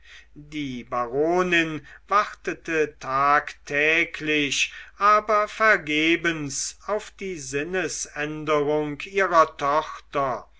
die baronin wartete tagtäglich aber vergebens auf die sinnesänderung ihrer tochter